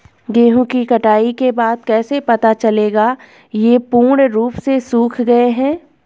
गेहूँ की कटाई के बाद कैसे पता चलेगा ये पूर्ण रूप से सूख गए हैं?